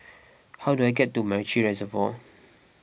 how do I get to MacRitchie Reservoir